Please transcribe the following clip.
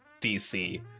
DC